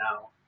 now